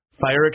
Fire